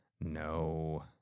No